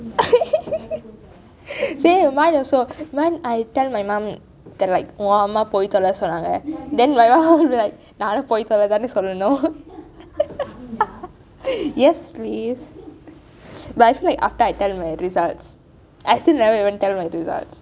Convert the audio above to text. mine also mine I tell my mum that like உன் அம்மா போய் தொலை சொன்னாங்க:un amma poi tholai sonnanka then I will be like நானும் போய் தொலை தான் சொல்லனும்:naanum poi tholai thaan sollanum yes please but still like after I tell my results I still never even tell my results